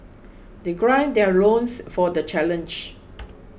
they gird their loins for the challenge